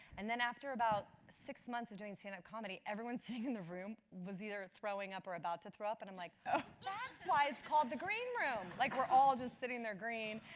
and then after about, six months of doing stand up comedy, everyone sitting in the room was either throwing up or about to throw up, and i'm like ah that's why it's called the green room. like, we're all just sitting there green.